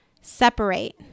separate